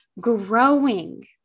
growing